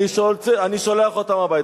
אני שולח אותם הביתה.